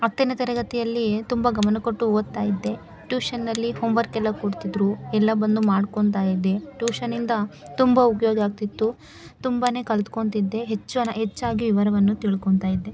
ಹತ್ತನೇ ತರಗತಿಯಲ್ಲಿ ತುಂಬ ಗಮನಕೊಟ್ಟು ಓದ್ತಾ ಇದ್ದೆ ಟೂಷನಲ್ಲಿ ಹೋಮ್ವರ್ಕೆಲ್ಲ ಕೊಡ್ತಿದ್ದರು ಎಲ್ಲ ಬಂದು ಮಾಡ್ಕೊತಾ ಇದ್ದೆ ಟೂಷನಿಂದ ತುಂಬ ಉಪಯೋಗ ಆಗ್ತಿತ್ತು ತುಂಬಾ ಕಲ್ತ್ಕೊತಿದ್ದೆ ಹೆಚ್ಚಾಗಿ ವಿವರವನ್ನು ತಿಳ್ಕೊತಾ ಇದ್ದೆ